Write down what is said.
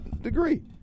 degree